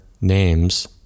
names